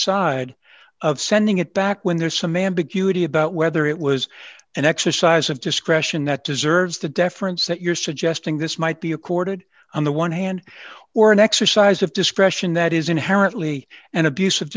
side of sending it back when there's some ambiguity about whether it was an exercise of discretion that deserves the deference that you're suggesting this might be accorded on the one hand or an exercise of discretion that is inherently an abuse of